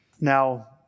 Now